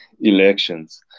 elections